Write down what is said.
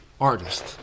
artist